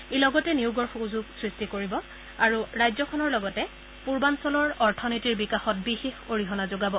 ই লগতে নিয়োগৰ সুযোগ সৃষ্টি কৰিব আৰু দেশ তথা পুৰ্বাঞ্চলৰ অথনীতিৰ বিকাশত বিশেষ অৰিহণা যোগাব